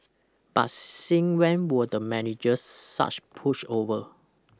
but since when were the managers such pushover